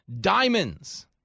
Diamonds